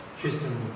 Tristan